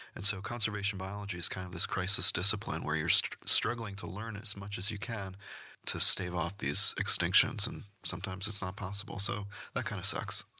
and so, conservation biology is kind of this crisis discipline where you're struggling to learn as much as you can to stave off these extinctions, and sometimes it's not possible. so that kinda kind of sucks.